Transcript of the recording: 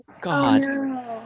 God